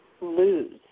Lose